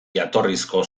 jatorrizko